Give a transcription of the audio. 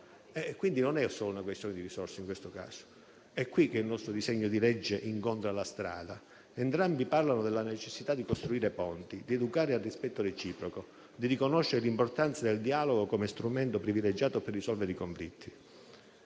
caso non è solo una questione di risorse. È qui che il nostro disegno di legge incontra la strada. Entrambi parlano della necessità di costruire ponti, di educare al rispetto reciproco, di riconoscere l'importanza del dialogo come strumento privilegiato per risolvere i conflitti.